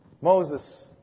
Moses